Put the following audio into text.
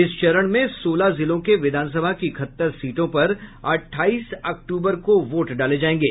इस चरण में सोलह जिलों के विधानसभा की इकहत्तर सीटों पर अठाईस अक्टूबर को वोट डाले जायेंगे